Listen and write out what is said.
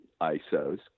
ISOs